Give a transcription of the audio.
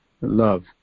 love